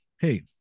hey